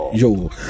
yo